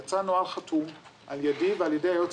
יצא נוהל חתום על ידי ועל ידי היועץ